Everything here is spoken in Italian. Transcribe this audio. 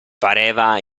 pareva